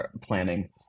planning